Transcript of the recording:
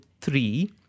three